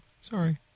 Sorry